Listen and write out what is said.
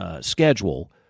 schedule